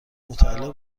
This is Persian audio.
متعلق